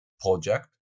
project